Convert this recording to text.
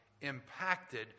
impacted